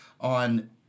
on